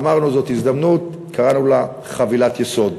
אמרנו: זאת הזדמנות, קראנו לה "חבילת יסוד".